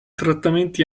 trattamenti